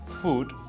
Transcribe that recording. food